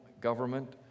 government